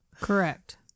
correct